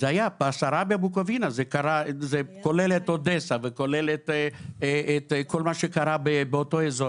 בסרביה בוקובינה זה כולל את אודסה וכולל את כל מה שקרה באותו אזור.